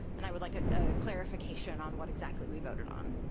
and i would like a clarification on what exactly we voted on.